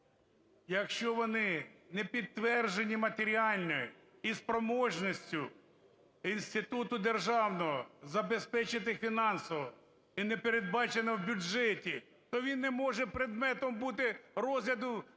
Якщо вони не підтверджені матеріально і спроможністю інституту державного забезпечити фінансово, і не передбачено в бюджеті, то він не може предметом бути розгляду взагалі